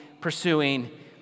pursuing